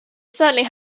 certainly